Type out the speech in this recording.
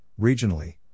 regionally